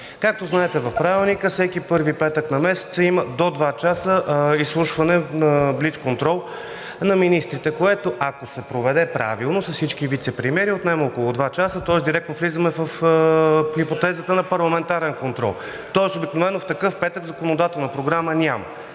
Както знаете от Правилника, всеки първи петък на месеца има до два часа изслушване на блицконтрол на министрите, което, ако се проведе правилно с всички вицепремиери, отнема около два часа, тоест директно влизаме в хипотезата на парламентарен контрол. Тоест обикновено в такъв петък законодателна програма няма.